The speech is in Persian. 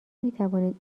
میتوانید